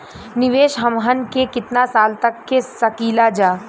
निवेश हमहन के कितना साल तक के सकीलाजा?